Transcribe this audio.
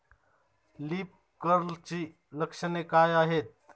Leaf कर्लची लक्षणे काय आहेत?